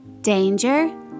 Danger